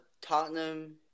Tottenham